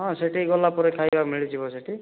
ହଁ ସେଠିକି ଗଲାପରେ ଖାଇବା ମିଳିଯିବ ସେଠି